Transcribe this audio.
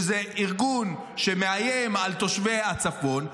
שזה ארגון שמאיים על תושבי הצפון,